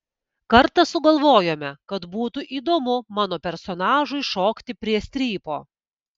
kartą sugalvojome kad būtų įdomu mano personažui šokti prie strypo